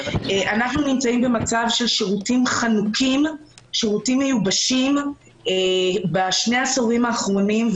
אנחנו נמצאים במצב של שירותים חנוקים ומיובשים בשני העשורים האחרונים.